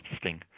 sting